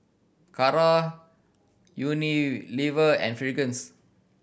Kara Unilever and Fragrance